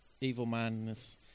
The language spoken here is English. evil-mindedness